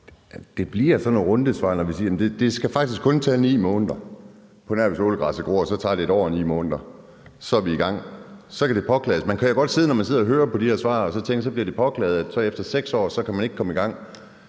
Det bliver sådan nogle rundesvar, når man siger, at det faktisk kun skal tage 9 måneder, på nær hvis ålegræsset gror, for så tager det 1 år og 9 måneder. Så er vi i gang. Så kan det påklages. Man kan jo godt, når man sidder og hører på de her svar, tænke, at det bliver påklaget, og efter 6 år kan man ikke komme i gang.